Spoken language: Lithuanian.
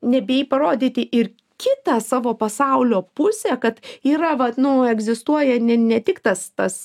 nebijai parodyti ir kitą savo pasaulio pusę kad yra vat nu egzistuoja ne ne tik tas tas